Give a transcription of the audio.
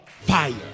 fire